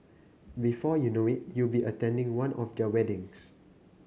before you know it you'll be attending one of their weddings